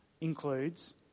includes